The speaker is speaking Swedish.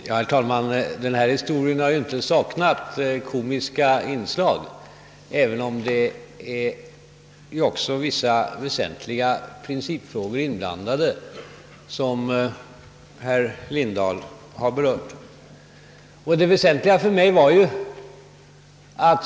Herr talman! Denna historia har inte saknat komiska inslag, även om också vissa väsentliga principfrågor är inblandade, som herr Lindahl nämnde.